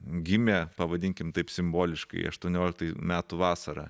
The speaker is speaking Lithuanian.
gimė pavadinkim taip simboliškai aštuonioliktų metų vasarą